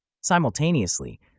Simultaneously